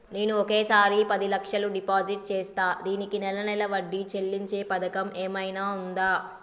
నేను ఒకేసారి పది లక్షలు డిపాజిట్ చేస్తా దీనికి నెల నెల వడ్డీ చెల్లించే పథకం ఏమైనుందా?